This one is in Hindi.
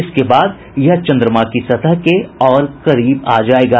इसके बाद यह चंद्रमा की सतह के और करीब आ जाएगा